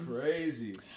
Crazy